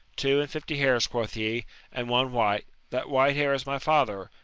two and fifty hairs quoth he and one white. that white hair is my father,